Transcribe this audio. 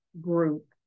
group